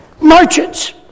Merchants